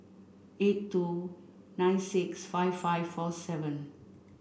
eight two nine six five five four seven